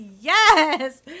yes